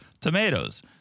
tomatoes